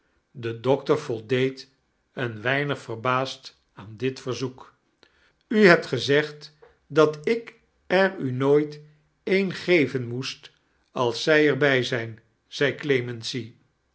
de dokter voldeed een weinig verbaasd aan diit viarzoek u bebt gezegd dot ik er u moiait een geven moest als zij etr bij zijn aei clemency